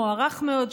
מוערך מאוד,